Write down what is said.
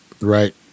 Right